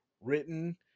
Written